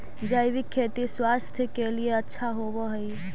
जैविक खेती स्वास्थ्य के लिए अच्छा होवऽ हई